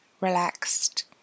relaxed